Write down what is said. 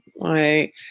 right